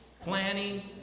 planning